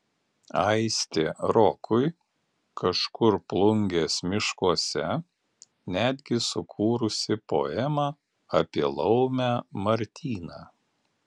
aistė rokui kažkur plungės miškuose netgi sukūrusi poemą apie laumę martyną